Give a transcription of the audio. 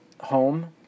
home